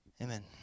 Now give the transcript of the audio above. Amen